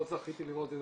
לא זכיתי לראות את זה,